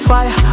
Fire